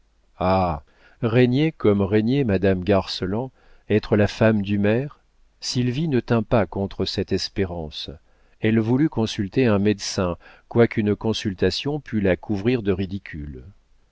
ah régner comme régnait madame garceland être la femme du maire sylvie ne tint pas contre cette espérance elle voulut consulter un médecin quoiqu'une consultation pût la couvrir de ridicule